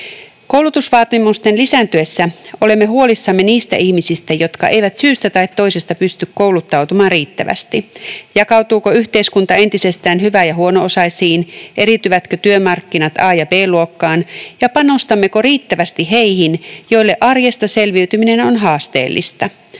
Koulutusvaatimusten lisääntyessä olemme huolissamme niistä ihmisistä, jotka eivät syystä tai toisesta pysty kouluttautumaan riittävästi. Jakautuuko yhteiskunta entisestään hyvä- ja huono-osaisiin, eriytyvätkö työmarkkinat A- ja B-luokkaan, ja panostammeko riittävästi heihin, joille arjesta selviytyminen on haasteellista?